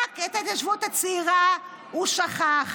רק את ההתיישבות הצעירה הוא שכח.